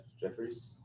Jeffries